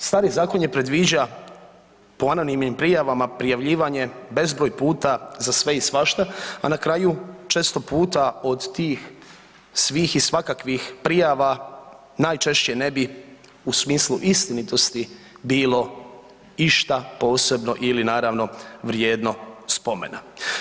Dakle, stari zakon je predviđao po anonimnim prijavama prijavljivanje bezbroj puta za sve i svašta, a na kraju često puta od tih svih i svakakvih prijava najčešće ne bi u smislu istinitosti bilo išta posebno ili naravno vrijedno spomena.